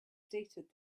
stated